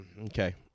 Okay